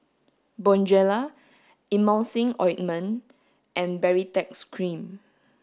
Bonjela Emulsying ointment and Baritex cream